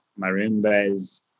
Marimbas